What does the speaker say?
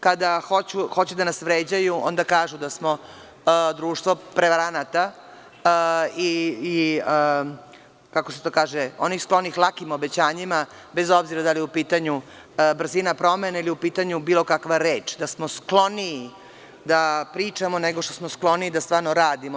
Kada hoće da nas vređaju, onda kažu da smo društvo prevaranata i onih sklonih lakim obećanjima, bez obzira da li je u pitanju brzina promene ili kada je u pitanju bilo kakva reč, da smo skloniji da pričamo nego što smo skloniji da stvarno radimo.